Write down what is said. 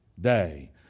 day